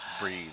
breathe